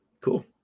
cool